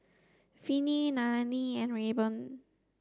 Vinnie Nallely and Rayburn